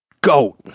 goat